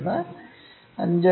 1 5